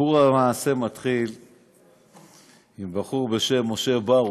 סיפור המעשה מתחיל עם בחור בשם משה בר.